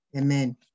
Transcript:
Amen